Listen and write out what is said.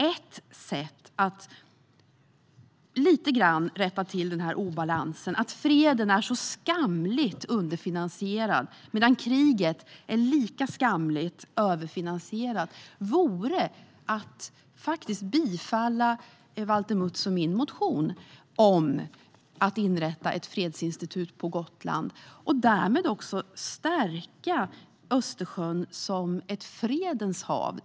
Ett sätt att rätta till denna obalans - att freden är så skamligt underfinansierad medan kriget är lika skamligt överfinansierat - vore att bifalla Valter Mutts och min motion om att inrätta ett fredsinstitut på Gotland och därmed stärka Östersjön som ett fredens hav.